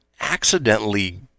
accidentally